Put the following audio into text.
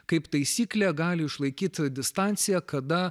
kaip taisyklė gali išlaikyti distanciją kada